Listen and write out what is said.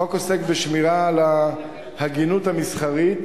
החוק עוסק בשמירה על ההגינות המסחרית